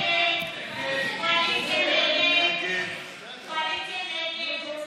הצבעה, תגיד הצבעה.